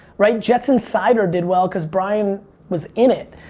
right? jets insider did well because brian was in it,